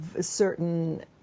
certain